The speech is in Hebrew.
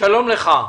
שלום לך.